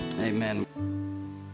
amen